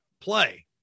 play